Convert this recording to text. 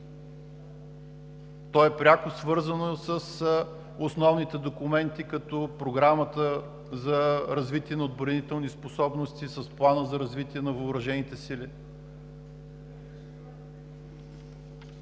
То е пряко свързано с основните документи, като Програмата за развитие на отбранителни способности, с Плана за развитие на въоръжените сили.